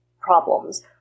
problems